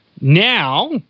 Now